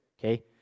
okay